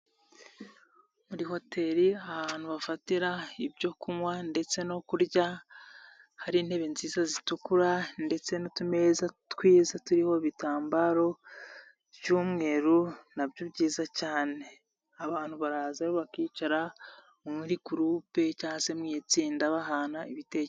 Muri hoteli ahantu bafatira ibyo kunywa ndetse no kurya, hari intebe nziza zitukura ndetse n'utumeza twiza turiho ibi bitambaro by'umweru na byo byiza cyane. Abantu baraza bakicara muri gurupe cyangwa se mu itsinda bahana ibite.